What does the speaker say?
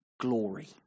glory